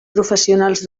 professionals